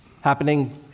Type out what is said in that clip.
happening